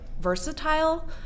versatile